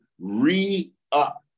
re-up